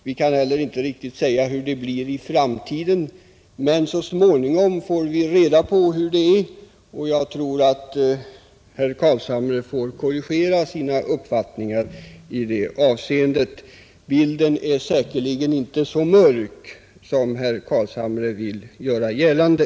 Vi kan heller inte exakt säga hur det blir i framtiden. Men så småningom får vi reda på hur läget är, och jag tror att herr Carlshamre får korrigera sina uppfattningar i detta avseende. Bilden är säkerligen inte så mörk som herr Carlshamre vill göra gällande.